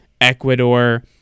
Ecuador